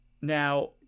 Now